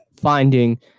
finding